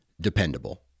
dependable